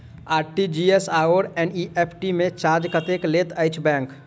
RTGS आओर NEFT मे charge कतेक लैत अछि बैंक?